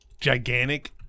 gigantic